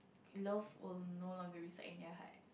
love will no longer reside in their heart